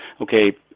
okay